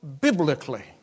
biblically